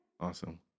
Awesome